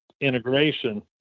integration